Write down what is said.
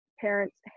parents